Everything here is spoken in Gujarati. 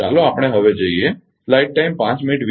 ચાલો આપણે હવે જોઈએ